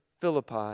Philippi